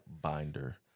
binder